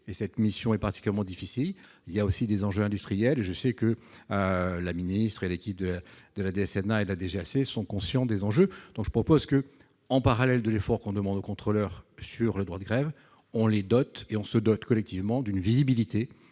et cette mission est particulièrement difficile, il y a aussi des enjeux industriels et je sais que la ministre et l'équipe de de l'ADSL et la DGAC sont conscients des enjeux, donc je propose qu'en parallèle de l'effort qu'on demande aux contrôleurs sur le droit de grève, on les dote et on se dote collectivement d'une visibilité